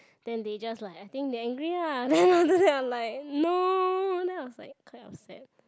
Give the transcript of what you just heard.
then they just like I think they angry ah then after that I'm like no then I was like kind of sad